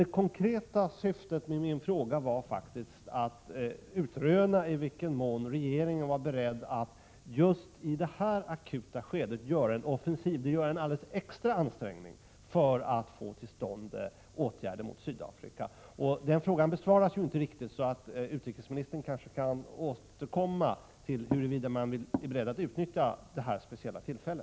Det konkreta syftet med min fråga var faktiskt att söka utröna i vilken mån regeringen var beredd att just i detta akuta skede göra en alldeles extra ansträngning och företa en offensiv för att få till stånd åtgärder mot Sydafrika. Den frågan har inte direkt besvarats, men utrikesministern kanske kan återkomma till huruvida man är beredd att nyttja detta speciella tillfälle.